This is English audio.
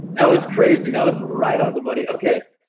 that was crazy, that was right on the money. okay,